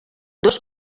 dos